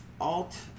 alt